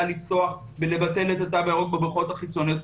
לפתוח ולבטל את התו הירוק בבריכות החיצוניות,